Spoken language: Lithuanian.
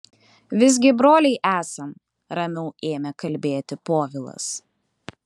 visgi broliai esam ramiau ėmė kalbėti povilas